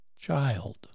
child